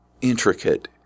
intricate